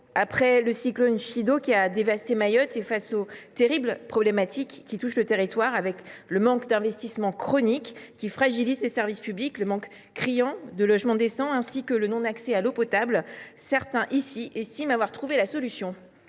passage du cyclone Chido, qui a dévasté Mayotte, et face aux terribles problèmes qui touchent le territoire – manque d’investissements chronique fragilisant les services publics, déficit criant de logements décents, absence d’accès à l’eau potable –, certains ici estiment avoir trouvé la solution.